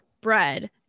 bread